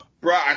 Bro